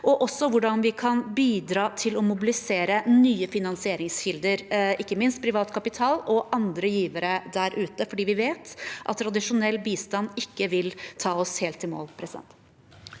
også hvordan vi kan bidra til å mobilisere nye finansieringskilder, ikke minst privat kapital og andre givere der ute, for vi vet at tradisjonell bistand ikke vil ta oss helt i mål.